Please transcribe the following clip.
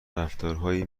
رفتارهایی